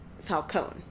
Falcone